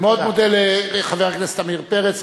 אני מאוד מודה לחבר הכנסת עמיר פרץ.